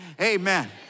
amen